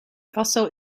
also